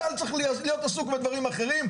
צה"ל צריך להיות עסוק בדברים אחרים,